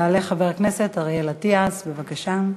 יעלה חבר הכנסת אריאל אטיאס, בבקשה.